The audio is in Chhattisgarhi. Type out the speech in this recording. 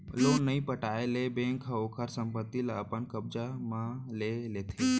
लोन नइ पटाए ले बेंक ह ओखर संपत्ति ल अपन कब्जा म ले लेथे